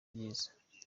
byiza